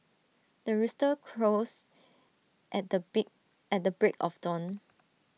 the rooster crows at the bee at the break of dawn